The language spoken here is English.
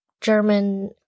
German